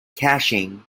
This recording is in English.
caching